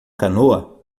canoa